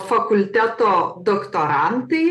fakulteto doktorantai